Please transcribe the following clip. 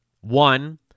one